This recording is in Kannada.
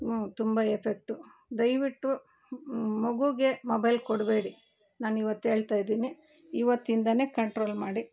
ತುಂಬ ಎಫೆಕ್ಟು ದಯವಿಟ್ಟು ಮಗುಗೆ ಮೊಬೈಲ್ ಕೊಡಬೇಡಿ ನಾನು ಇವತ್ತು ಹೇಳ್ತಾ ಇದೀನಿ ಇವತ್ತಿಂದಾನೆ ಕಂಟ್ರೋಲ್ ಮಾಡಿ